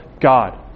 God